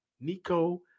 Nico